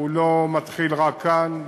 הוא לא מתחיל רק כאן,